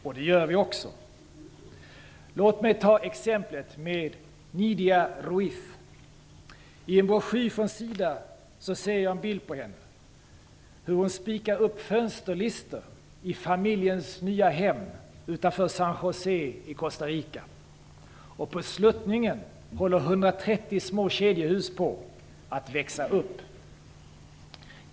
Och det gör vi också. Låt mig ta exemplet med Nidia Ruiz. I en broschyr från SIDA finns en bild av henne. Hon spikar upp fönsterlister i familjens nya hem utanför San José i Costa Rica. På sluttningen håller 130 små kedjehus på att växa upp.